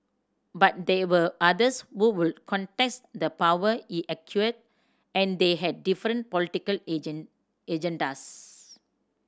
but there were others who would contest the power he acquired and they had different political agendas